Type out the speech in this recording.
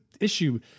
issue